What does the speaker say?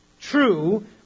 true